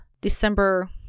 December